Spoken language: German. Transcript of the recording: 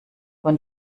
von